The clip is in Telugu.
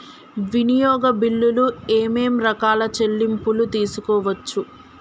వినియోగ బిల్లులు ఏమేం రకాల చెల్లింపులు తీసుకోవచ్చు?